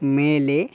மேலே